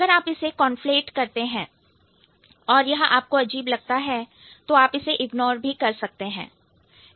अगर आप इसे conflate कॉन्फ्लेट करते हैं और यह आपको अजीब लगता है तो आप इसे इग्नोर भी कर सकते हैं